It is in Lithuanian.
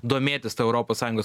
domėtis ta europos sąjungos